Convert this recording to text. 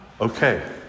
Okay